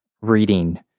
reading